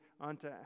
unto